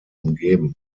umgeben